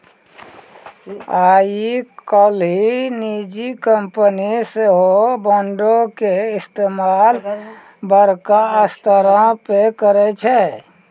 आइ काल्हि निजी कंपनी सेहो बांडो के इस्तेमाल बड़का स्तरो पे करै छै